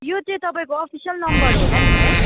यो चाहिँ तपाईँको अफिसियल नम्बर होला नि है